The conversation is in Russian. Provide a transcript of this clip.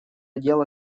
дело